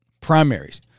primaries